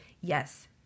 yes